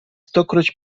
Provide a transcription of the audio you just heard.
stokroć